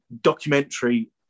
documentary